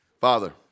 Father